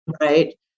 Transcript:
right